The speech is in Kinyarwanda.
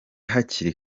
hakiri